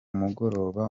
mugoroba